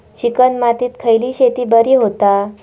Chicken मातीत खयली शेती बरी होता?